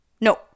No